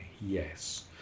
yes